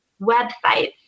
Websites